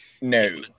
No